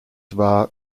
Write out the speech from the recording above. war